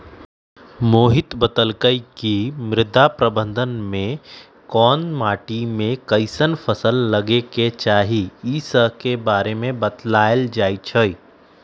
मोहित बतलकई कि मृदा प्रबंधन में कोन माटी में कईसन फसल लगे के चाहि ई स के बारे में बतलाएल जाई छई